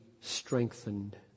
strengthened